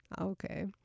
Okay